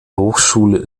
hochschule